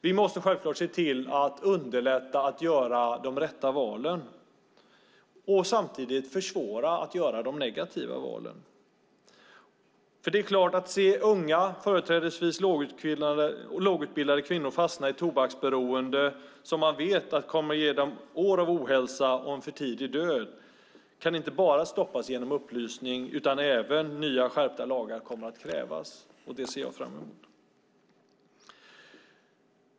Vi måste självklart underlätta för att kunna göra de rätta valen och samtidigt försvåra för de negativa valen. Att unga företrädesvis lågutbildade kvinnor fastnar i tobaksberoende, som vi vet kommer att ge dem år av ohälsa och en för tidig död, kan inte stoppas enbart genom upplysning utan det kommer också att krävas nya, skärpta lagar. Det ser jag fram emot.